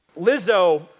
Lizzo